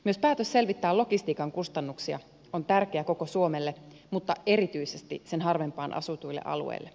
myös päätös selvittää logistiikan kustannuksia on tärkeä koko suomelle mutta erityisesti sen harvempaan asutuille alueille